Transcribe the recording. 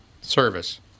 service